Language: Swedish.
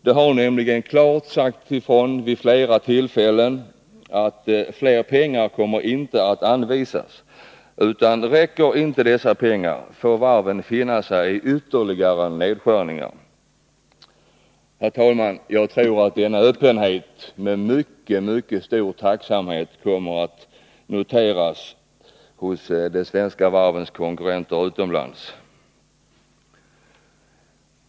Det har nämligen klart sagts ifrån vid flera tillfällen att mer pengar inte kommer att anvisas; räcker inte dessa pengar får varven finna sig i ytterligare nedskärningar. Jag tror att denna öppenhet med stor tacksamhet kommer att noteras hos de svenska varvens konkurrenter utomlands.